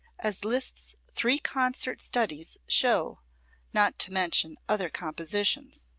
as liszt's three concert studies show not to mention other compositions.